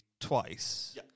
twice